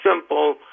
simple